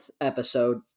episode